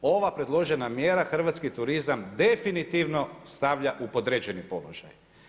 Ova predložena mjera hrvatski turizam definitivno stavlja u podređeni položaj.